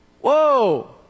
whoa